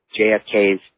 JFK's